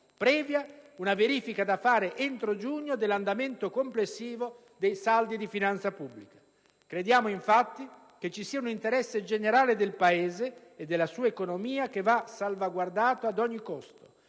previa una verifica, da fare entro giugno, dell'andamento complessivo dei saldi di finanza pubblica. Crediamo infatti che ci sia un interesse generale del Paese e della sua economia che va salvaguardato ad ogni costo,